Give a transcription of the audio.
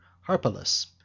Harpalus